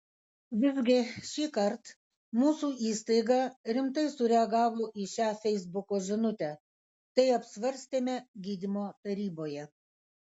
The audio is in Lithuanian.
visgi šįkart mūsų įstaiga rimtai sureagavo į šią feisbuko žinutę tai apsvarstėme gydymo taryboje